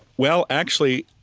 well, actually,